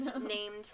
named